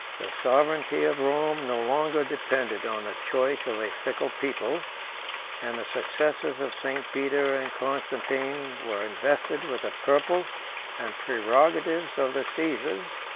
the sovereignty of rome no longer depended on the choice of a fickle people and the successors of st. peter and constantine were invested with the purple and prerogatives of the caesars.